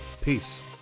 peace